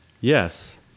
Yes